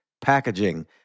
packaging